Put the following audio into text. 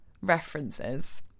references